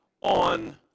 on